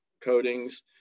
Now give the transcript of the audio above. Coatings